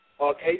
Okay